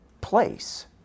place